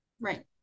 Right